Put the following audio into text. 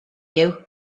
you